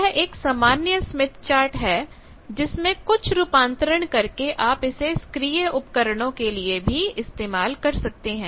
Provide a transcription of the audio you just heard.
यह एक सामान्य स्मिथ चार्ट है जिसमें कुछ रूपांतरण करके आप इसे सक्रिय उपकरणों के लिए भी इस्तेमाल कर सकते हैं